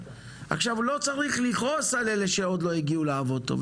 לא צריך לכעוס על אלה שעדיין לא הגיעו לעבוד טוב.